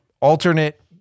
alternate